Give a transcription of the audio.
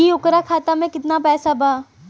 की ओकरा खाता मे कितना पैसा बा?